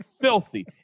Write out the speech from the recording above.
filthy